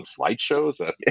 slideshows